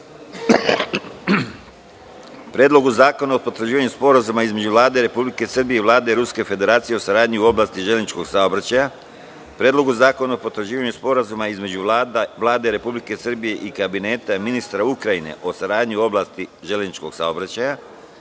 Predlogu zakona o potvrđivanju Sporazuma između Vlade Republike Srbije i Vlade Ruske Federacije o saradnji u oblasti železničkog saobraćaja, Predlogu zakona o potvrđivanju Sporazuma između Vlade Republike Srbije i Kabineta ministra Ukrajine o saradnji u oblasti železničkog saobraćaja,